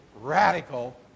radical